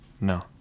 No